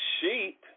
sheep